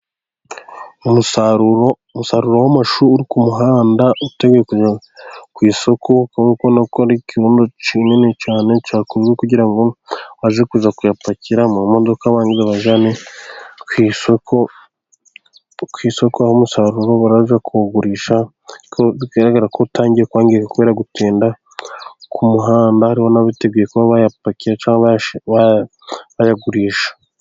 Umusaruro w'amashuri uri ku muhanda ku isoko kuko ikibuno kinini cyane cyakuzwe kugira ngo abaje kuza kuyapakira mu modoka, abantu baje ni ku isoko umusaruro baraza kuwugurisha bigaragara ko utangiye kwangirika kubera gutinda ku muhanda ubonanaguye kuba bayapakiye cyangwa bayagurisha